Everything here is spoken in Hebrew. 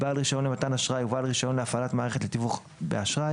בעל רישיון למתן אשראי ובעל רישיון להפעלת מערכת לתיווך באשראי,